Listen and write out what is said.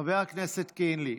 חבר הכנסת קינלי.